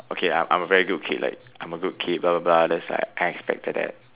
okay I'm a very good kid like I'm a good kid blah blah blah like I expected that